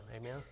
Amen